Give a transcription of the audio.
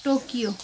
Tokyo